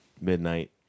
midnight